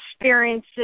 experiences